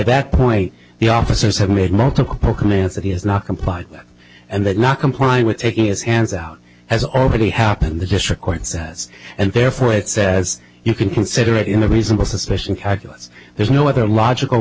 that point the officers have made multiple commands that he has not complied and that not comply with taking his hands out has already happened the district court says and therefore it says you can consider it in a reasonable suspicion calculus there's no other logical